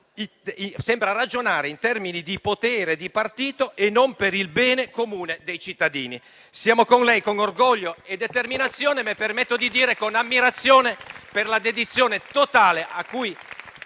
sembra ragionare in termini di potere di partito e non per il bene comune dei cittadini. Siamo con lei con orgoglio e determinazione, mi permetto di dire con ammirazione per la dedizione totale con